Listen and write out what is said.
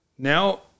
Now